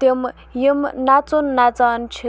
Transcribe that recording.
تِم یِم نَژُن نَژان چھِ